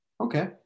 Okay